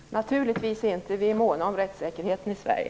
Fru talman! Naturligtvis inte, vi är måna om rättssäkerheten i Sverige.